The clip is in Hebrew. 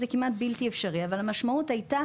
זה כמעט בלתי אפשרי אבל המשמעות הייתה